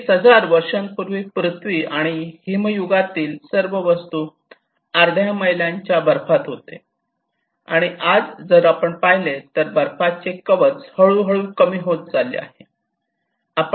20000 वर्षांपूर्वी पृथ्वी आणि हिमयुगातील सर्व वस्तू अर्ध्या मैलांच्या बर्फात होते आणि आज जर आपण पाहिले तर बर्फाचे कवच हळूहळू कमी होत चालले आहे